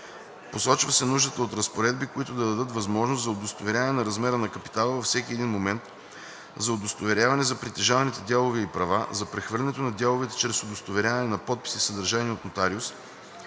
Посочва се нуждата от разпоредби, които да дадат възможност за удостоверяване на размера на капитала във всеки един момент, за удостоверяване за притежаваните дялове и права, за прехвърлянето на дяловете чрез удостоверяване на подпис и съдържание от нотариус,